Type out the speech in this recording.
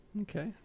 okay